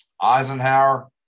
Eisenhower